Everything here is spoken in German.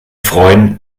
freuen